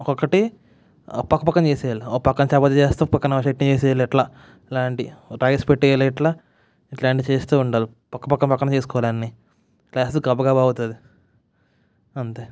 ఒక్కొక్కటి పక్కపక్కనే చేసేయాలి ఒకపక్క చపాతి చేస్తే ఇంకోపక్క చట్నీ చేసేయాలి ఇలాంటివి రైస్ పెట్టేయాలి ఇంకా ఇట్లాంటివి చేస్తూ ఉండాలి పక్కపక్కనే చేసుకోవాలి అన్ని ఇలా చేస్తే గబా గబా అవుతుంది అంతే